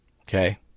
okay